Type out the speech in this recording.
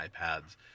iPads